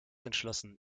entschlossen